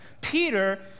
Peter